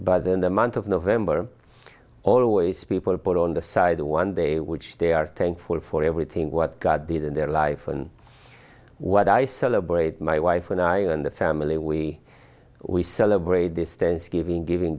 by then the month of november always people put on the side the one day which they are thankful for everything what god did in their life and what i celebrate my wife and i and the family we we celebrate distance giving giv